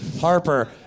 Harper